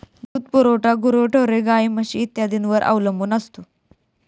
दूध पुरवठा गुरेढोरे, गाई, म्हशी इत्यादींवर अवलंबून असतो